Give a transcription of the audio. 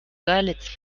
görlitz